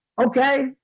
okay